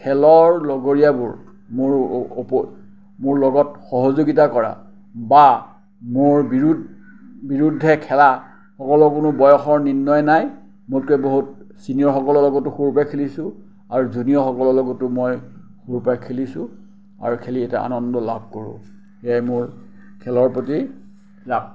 খেলৰ লগৰীয়াবোৰ মোৰ ওপ মোৰ লগত সহযোগিতা কৰা বা মোৰ বিৰোধ বিৰুদ্ধে খেলা সকলৰ বয়সৰ কোনো নিৰ্ণয় নায় মোতকে বহুত চিনিয়ৰসকলৰ লগতো সৰুৰ পাই খেলিছোঁ আৰু জুনিয়ৰসকলৰ লগতো মই সৰুৰ পাই খেলিছোঁ আৰু খেলি এতিয়া আনন্দ লাভ কৰোঁ এয়াই মোৰ খেলৰ প্ৰতি ৰাপ